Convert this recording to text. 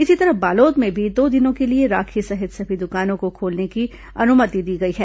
इसी तरह बालोद में भी दो दिनों के लिए राखी सहित सभी दुकानों को खोलने की अनुमति दी गई है